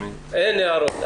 אין הערות.